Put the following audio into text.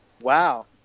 Wow